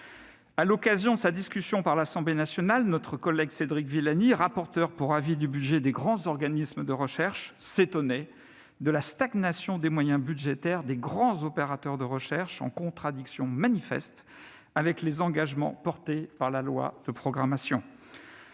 À l'occasion de sa discussion par l'Assemblée nationale, notre collègue Cédric Villani, rapporteur pour avis du budget des grands organismes de recherche, s'étonnait de la stagnation des moyens budgétaires des grands opérateurs de recherche, en contradiction manifeste avec les engagements contenus dans le projet de loi de programmation.